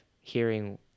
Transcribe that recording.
hearing